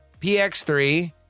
px3